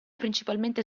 principalmente